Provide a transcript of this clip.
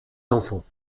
enfants